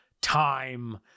time